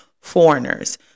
foreigners